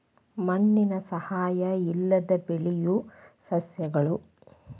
ಮಣ್ಣಿನ ಸಹಾಯಾ ಇಲ್ಲದ ಬೆಳಿಯು ಸಸ್ಯಗಳು